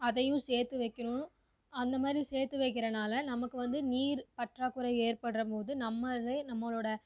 அதையும் சேர்த்து வைக்கிணுனும் அந்த மாதிரி சேர்த்து வைக்கிறனால நமக்கு வந்து நீர் பற்றாக்குறை ஏற்பட்றம்மோது நம்மளே நம்மளோட